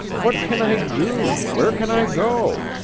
what can i do? where can i go?